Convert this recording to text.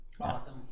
Awesome